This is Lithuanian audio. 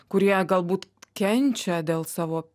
kurie galbūt kenčia dėl savo